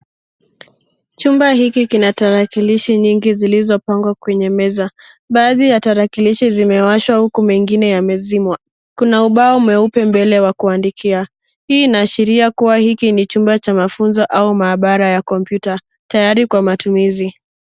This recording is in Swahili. Chumba hiki kina tarakilishi nyingi zilizopangwa kwenye meza. Baadhi ya tarakilishi zimewashwa huku mengine yamezimwa. Kuna ubao mweupe mbele wa kuandikia. Hii inaashiria kuwa hiki ni chumba cha mafunzo au maabara ya kompyuta tayari kwa matumizi.